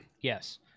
Yes